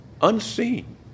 unseen